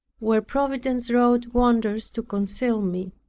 where providence wrought wonders to conceal me.